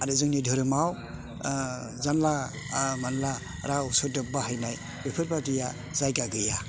आरो जोंनि धोरोमआव जानला मोनला राव सोदोब बाहायनाय बेफोरबायदिया जायगा गैया